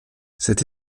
cette